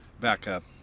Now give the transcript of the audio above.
Backup